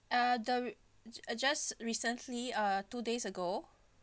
uh the just uh just recently uh two days ago